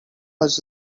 was